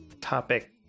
topic